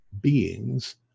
beings